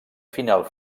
final